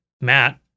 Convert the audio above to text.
Matt